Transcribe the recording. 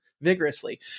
vigorously